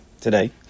today